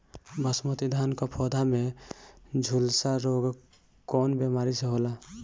बासमती धान क पौधा में झुलसा रोग कौन बिमारी से होला?